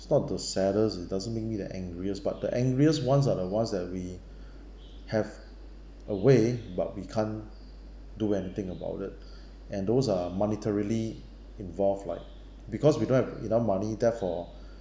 it's not the saddest it doesn't make me the angriest but the angriest ones are the ones that we have a way but we can't do anything about it and those are monetarily involved like because we don't have enough money therefore